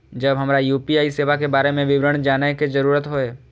जब हमरा यू.पी.आई सेवा के बारे में विवरण जानय के जरुरत होय?